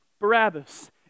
Barabbas